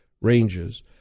ranges